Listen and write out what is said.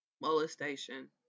molestation